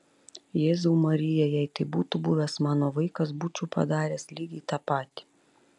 jėzau marija jei tai būtų buvęs mano vaikas būčiau padaręs lygiai tą patį